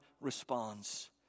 responds